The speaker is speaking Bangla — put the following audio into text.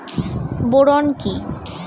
বোরন কি?